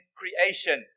creation